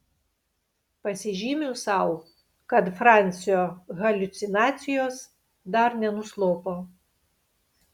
pasižymiu sau kad francio haliucinacijos dar nenuslopo